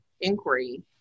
inquiry